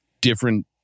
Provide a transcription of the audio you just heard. different